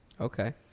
Okay